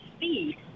speed